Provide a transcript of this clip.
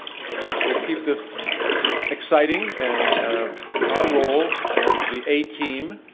so we'll keep this exciting. and our role as the a team,